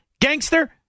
Gangster